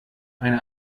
eine